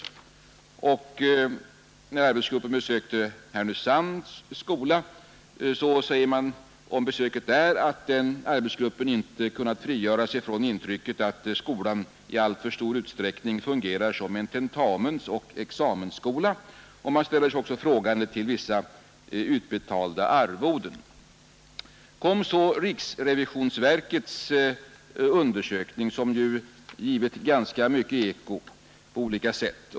Om besöket vid Härnösands skola säger man att arbetsgruppen inte kunnat frigöra sig från intrycket att skolan i alltför stor utsträckning fungerar som en tentamensoch examensskola, och man ställer sig också frågande till vissa utbetalda arvoden. Kom så riksrevisionsverkets undersökning, som ju givit eko på olika sätt.